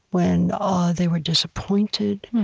when ah they were disappointed,